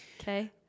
Okay